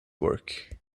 work